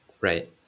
Right